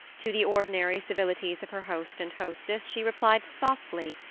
to the ordinary civilities of her host and hostess she replied softly,